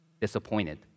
disappointed